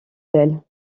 d’elle